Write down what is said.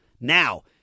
Now